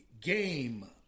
game